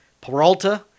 Peralta